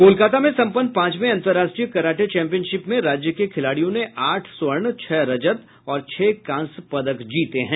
कोलकाता में सम्पन्न पांचवें अंतर्राष्ट्रीय कराटे चैम्पियनशिप में राज्य के खिलाड़ियों ने आठ स्वर्ण छह रजत और छह कांस्य पदक जीते हैं